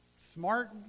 smart